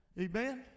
Amen